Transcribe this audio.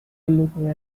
looking